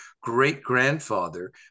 great-grandfather